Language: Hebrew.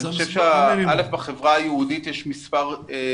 אני חושב שבחברה היהודית יש מספר דומה.